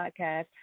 podcast